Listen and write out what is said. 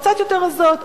קצת יותר רזות,